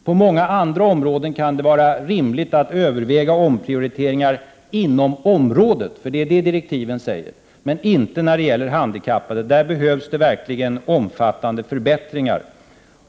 På många andra områden kan det vara rimligt att överväga omprioriteringar inom området, för det är de direktiven säger, men inte när det gäller handikappade. På det området behövs verkligen omfattande förbättringar.